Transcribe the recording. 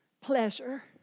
Pleasure